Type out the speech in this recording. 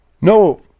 no